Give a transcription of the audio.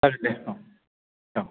जागोन दे औ औ